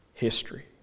history